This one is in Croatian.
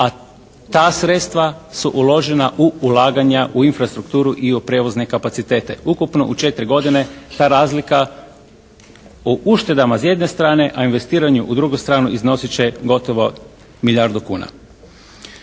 a ta sredstva su uložena u ulaganje u infrastrukturu i u prijevozne kapacitete. Ukupno u 4 godine ta razlika u uštedama s jedne strane, a investiranju u drugu stranu iznosit će gotovo milijardu kuna.